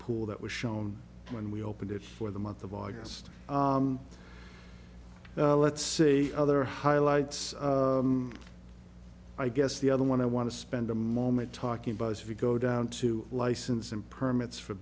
pool that was shown when we opened it for the month of august let's see other highlights i guess the other one i want to spend a moment talking about is if you go down to license and permits for